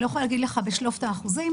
אני לא יכולה להגיד לך בשליפה את האחוזים.